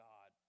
God